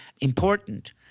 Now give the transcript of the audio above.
important